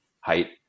height